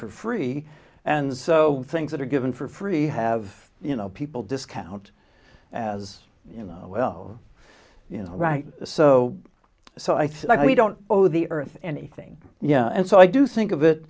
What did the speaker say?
for free and so things that are given for free have you know people discount as you know well you know so so i like we don't owe the earth anything yeah and so i do think of it